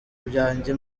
byanjye